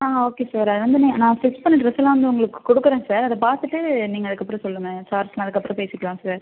ஆ okay sir அது வந்து நான் ஸ்டிச் பண்ண ட்ரெஸ்ஸெல்லாம் வந்து உங்களுக்கு கொடுக்குறேன் சார் அதை பார்த்துட்டு நீங்கள் அதுக்கப்புறம் சொல்லுங்கள் சார் நான் அதுக்கப்புறம் பேசிக்கலாம் சார்